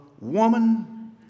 Woman